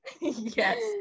Yes